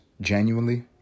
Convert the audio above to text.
Genuinely